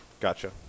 Gotcha